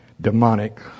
demonic